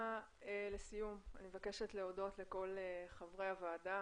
לסיום, אני מבקשת להודות לכל חברי הוועדה,